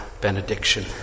benediction